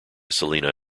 selena